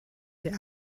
der